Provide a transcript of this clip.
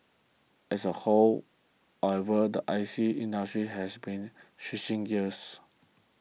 as a whole however the I C industry has been switching gears